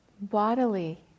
bodily